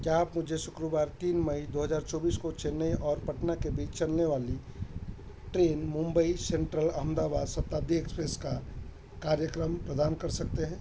क्या आप मुझे शुक्रवार तीन मई दो हज़ार चौबीस को चेन्नई और पटना के बीच चलने वाली train Mumbai central Ahmedabad Shatabdi express का कार्यक्रम प्रदान कर सकते हैं